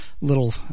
little